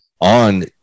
on